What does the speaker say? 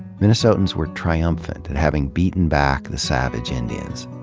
minnesotans were triumphant at having beaten back the savage indians.